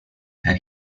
and